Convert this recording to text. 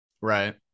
Right